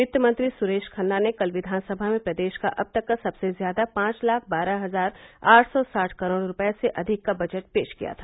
वित्त मंत्री सुरेश खन्ना ने कल विधानसभा में प्रदेश का अब तक सबसे ज्यादा पांच लाख बारह हजार आठ सौ साठ करोड़ रूपये से अधिक का बजट पेश किया था